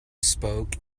spoke